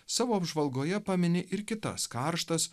savo apžvalgoje pamini ir kitas karštas